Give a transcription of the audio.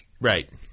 right